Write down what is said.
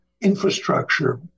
infrastructure